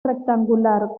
rectangular